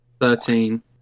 Thirteen